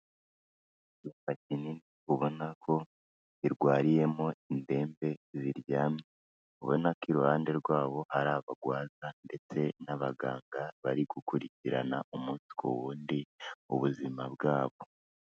Icyumba kinini ubona ko kirwariyemo indembe ziryamye, ubona ko iruhande rwabo hari abarwaza ndetse n'abaganga bari gukurikirana umunsi ku wundi ubuzima bwabo.